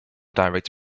direct